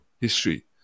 history